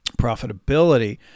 Profitability